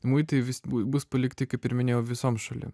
muitai vis bu bus palikti kaip ir minėjau visom šalim